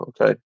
okay